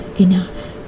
enough